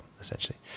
essentially